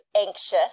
anxious